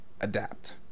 adapt